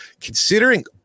considering